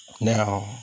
Now